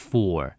Four